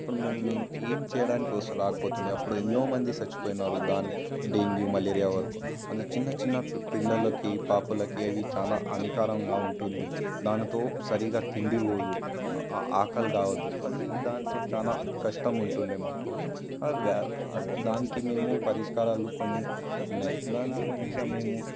అప్పుడు మేము ఏం చేయడానికి వస్తే రాకపోతుండే అప్పుడు ఎన్నో మంది చనిపోయినారు దాన్ని డెంగ్యూ మలేరియా వరకు అందు చిన్న చిన్న పిల్లలకి పాపలకి అవి చాలా హానికారంగా ఉంటుంది దానితో సరిగ్గా తిండి పోదు ఆకలి కాదు అది దానితో చాలా కష్టం ఉంటుండే మాకు వ్యా దానికి మేము పరిష్కారాలు కొన్ని ఉన్నాయి దానితో మంచిగా మేము